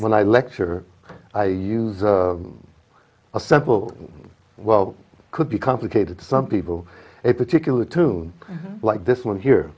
when i lecture i use a simple well could be complicated some people a particular tune like this one here